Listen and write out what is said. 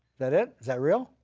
that it? is that real?